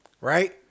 right